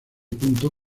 punto